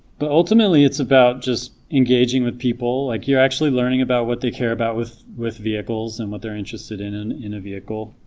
but ultimately it's about just engaging with people like you're actually learning about what they care about with with vehicles and what they're interested in and in a vehicle